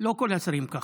לא כל השרים כך.